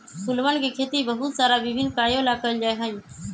फूलवन के खेती बहुत सारा विभिन्न कार्यों ला कइल जा हई